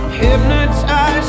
hypnotized